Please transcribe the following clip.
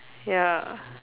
ya